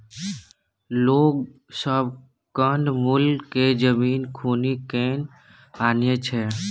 लोग सब कंद मूल केँ जमीन खुनि केँ आनय छै